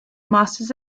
masters